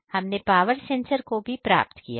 हमने power sensor को भी प्राप्त किया है